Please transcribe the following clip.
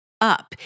up